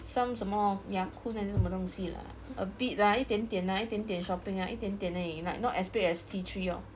some 什么 ya kun 还是什么东西 lah a bit lah 一点点 lah 一点点 shopping lah 一点点而已 like not as big as T three lor